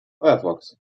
firefox